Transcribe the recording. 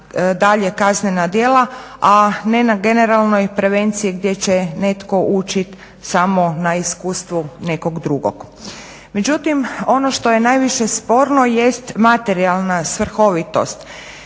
dalje kaznena djela, a ne na generalnoj prevenciji gdje će netko učit samo na iskustvu nekog drugog. Međutim, ono što je najviše sporno jest materijalna svrhovitost.